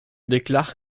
déclare